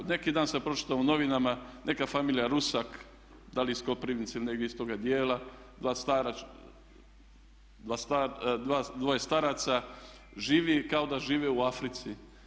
Neki dan sam pročitao u novinama neka familija Rusak, da li iz Koprivnice ili negdje iz toga dijela, dvoje staraca živi kao da žive u Africi.